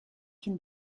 can